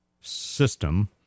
system